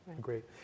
Great